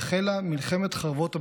והחלה מלחמת חרבות הברזל.